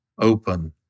open